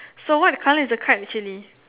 so what colour is the cart actually